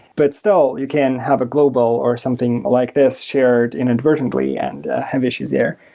but still, you can have a global or something like this shared inadvertently and have issues there.